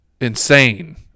insane